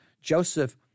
Joseph